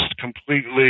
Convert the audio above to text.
completely